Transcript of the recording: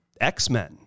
X-Men